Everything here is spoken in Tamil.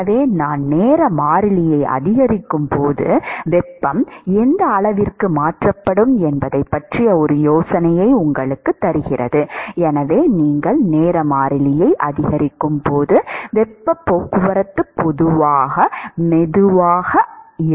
எனவே நான் நேர மாறிலியை அதிகரிக்கும் போது வெப்பம் எந்த அளவிற்கு மாற்றப்படும் என்பதைப் பற்றிய ஒரு யோசனையை உங்களுக்குத் தருகிறது எனவே நீங்கள் நேர மாறிலியை அதிகரிக்கும்போது வெப்பப் போக்குவரத்து மெதுவாக இருக்கும்